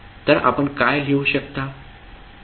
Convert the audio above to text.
तर आपण काय लिहू शकता